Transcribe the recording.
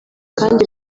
kandi